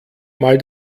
mal